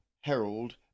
Herald